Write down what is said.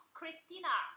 Christina